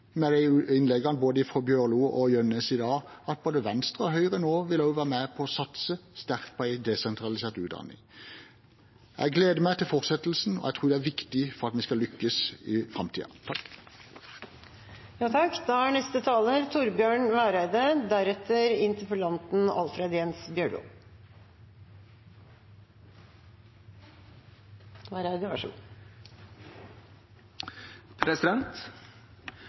innleggene, fra både Bjørlo og Jønnes i dag, og at både Venstre og Høyre nå vil være med på å satse sterkt på desentralisert utdanning. Jeg gleder meg til fortsettelsen, og jeg tror det er viktig for at vi skal lykkes i framtiden. Eg må berre seie at det er